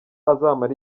azamara